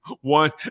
one